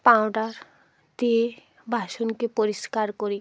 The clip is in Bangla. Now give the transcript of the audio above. পাউডার দিয়ে বাসনকে পরিষ্কার করি